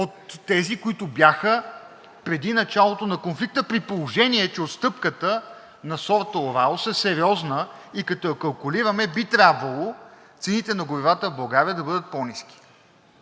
от тези, които бяха преди началото на конфликта, при положение че отстъпката на сорт Urals е сериозна и като я калкулираме, би трябвало цените на горивата в България да бъдат по-ниски.